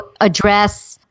address